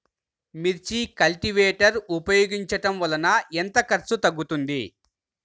మిర్చి కల్టీవేటర్ ఉపయోగించటం వలన ఎంత ఖర్చు తగ్గుతుంది?